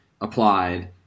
applied